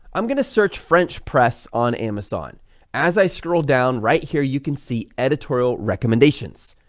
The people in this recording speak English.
i'm going to search french press on amazon as i scroll down right here you can see editorial recommendations,